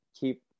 keep